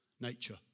nature